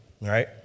right